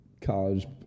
college